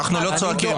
אנחנו לא צועקים.